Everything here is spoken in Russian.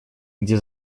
где